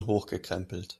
hochgekrempelt